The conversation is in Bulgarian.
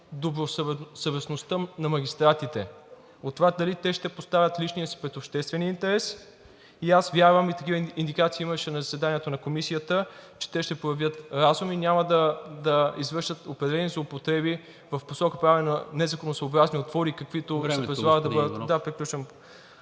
добросъвестността на магистратите, от това дали те ще поставят личния си пред обществения интерес. Аз вярвам, такива индикации имаше на заседанието на Комисията, че те ще проявят разум и няма да извършат определени злоупотреби в посока правене на незаконосъобразни отвори, каквито… ПРЕДСЕДАТЕЛ НИКОЛА